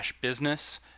business